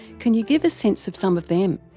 can you give a sense of some of them?